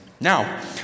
now